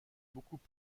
beaucoup